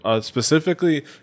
Specifically